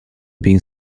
being